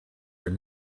your